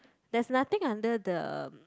there's nothing under the